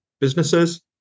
businesses